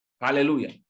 Hallelujah